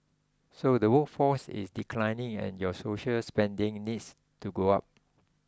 so the workforce is declining and your social spending needs to go up